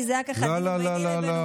כי זה היה ככה ביני לבין אופיר.